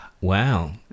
Wow